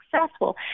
successful